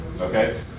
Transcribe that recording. Okay